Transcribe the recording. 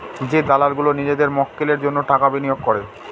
যে দালাল গুলো নিজেদের মক্কেলের জন্য টাকা বিনিয়োগ করে